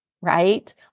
right